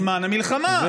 בזמן המלחמה,